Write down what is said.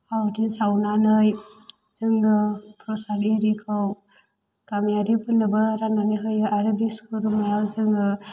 आवाथि सावनानै जोङो प्रसाद इरिखौ गामियारिफोरनोबो राननानै होयो आरो बिश्वकर्मायाव जोङो